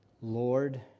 Lord